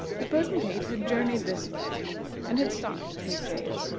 the potentate had journeyed this way and had stopped at his jail.